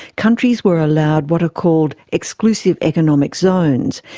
countries were allowed what are called exclusive economic zones,